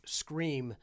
scream